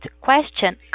question